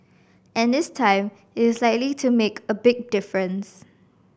and this time it is likely to make a big difference